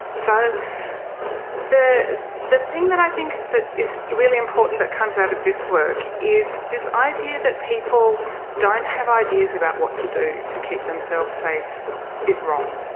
so the the thing that i think that is really important that comes out of this work is this idea that people don't have ideas about what to do to keep themselves safe is wrong.